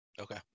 Okay